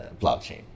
blockchain